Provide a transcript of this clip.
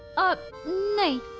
up later,